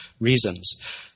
reasons